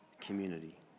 community